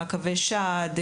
מעקבי שד,